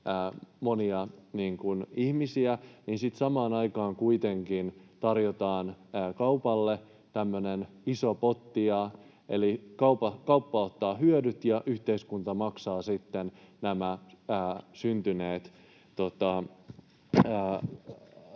monia ihmisiä, niin sitten samaan aikaan kuitenkin tarjotaan kaupalle tämmöinen iso potti, eli kauppa ottaa hyödyt ja yhteiskunta maksaa sitten nämä syntyneet